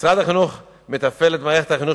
משרד החינוך מתפעל את מערכת החינוך